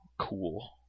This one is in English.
cool